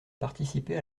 participer